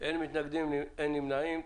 אין מתנגדים, אין נמנעים.